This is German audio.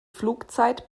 flugzeit